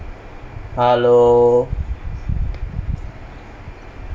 hello